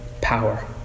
power